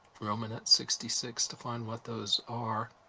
romanette sixty six, to find what those are.